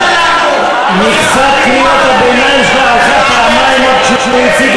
העניים החדשים?